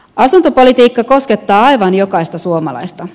asuntopolitiikka koskettaa aivan jokaista suomalaista